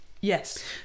Yes